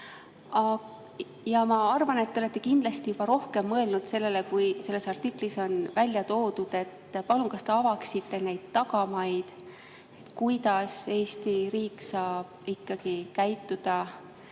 Ma arvan, et te olete kindlasti juba rohkem mõelnud sellele, kui selles artiklis on ära toodud. Palun, kas te avaksite neid tagamaid, kuidas Eesti riik saab käituda